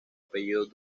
apellido